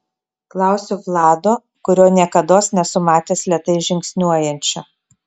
klausiu vlado kurio niekados nesu matęs lėtai žingsniuojančio